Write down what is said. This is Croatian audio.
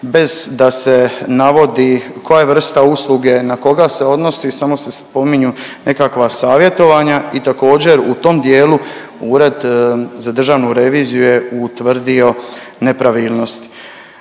bez da se navodi koja je vrsta usluge, na koga se odnosi, samo se spominju nekakva savjetovanja i također u tom dijelu Ured za državnu reviziju je utvrdio nepravilnosti.